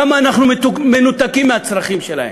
כמה אנחנו מנותקים מהצרכים שלהם,